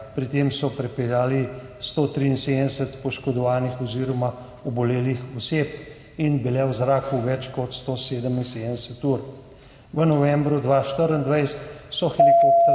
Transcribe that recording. Pri tem so prepeljali 173 poškodovanih oziroma obolelih oseb in bili v zraku več kot 177 ur. V novembru 2024 so helikopterske